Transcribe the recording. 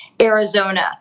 Arizona